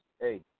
hey